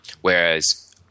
Whereas